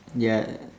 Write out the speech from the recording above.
ya